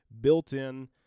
built-in